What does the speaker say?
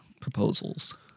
proposals